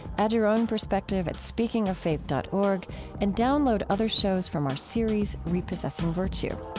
add your own perspective at speakingoffaith dot org and download other shows from our series repossessing virtue.